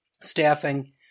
staffing